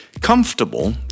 comfortable